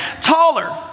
taller